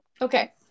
Okay